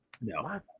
No